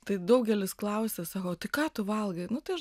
tai daugelis klausia sako o tai ką tu valgai nu tai aš